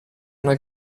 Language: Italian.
una